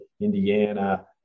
Indiana